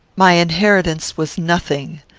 my inheritance was nothing.